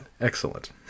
excellent